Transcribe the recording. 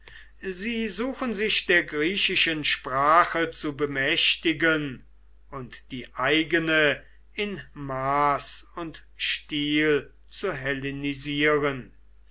sie suchen sich der griechischen sprache zu bemächtigen und die eigene in maß und stil zu